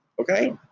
okay